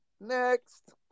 next